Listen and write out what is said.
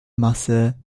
masse